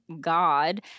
God